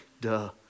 duh